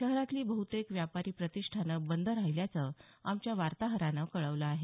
शहरातली बहुतेक व्यापारी प्रतिष्ठानं बंद राहिल्याचं आमच्या वार्ताहरानं कळवलं आहे